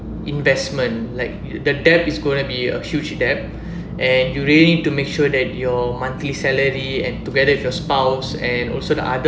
investment like the debt is gonna be a huge debt and you really to make sure that your monthly salary and together with your spouse and also the other